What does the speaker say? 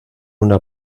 una